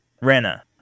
Rena